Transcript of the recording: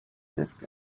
disk